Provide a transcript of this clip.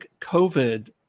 COVID